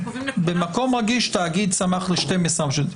במקום רגיש תאגיד צמח ל-12,000,